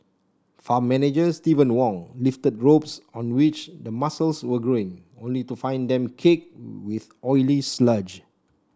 farm manager Steven Wong lifted ropes on which the mussels were growing only to find them caked with oily sludge